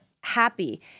happy